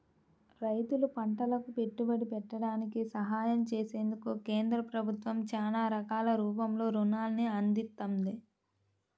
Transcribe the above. రైతులు పంటలకు పెట్టుబడి పెట్టడానికి సహాయం చేసేందుకు కేంద్ర ప్రభుత్వం చానా రకాల రూపంలో రుణాల్ని అందిత్తంది